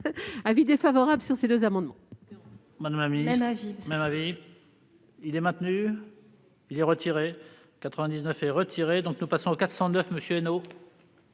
avis défavorable sur ces amendements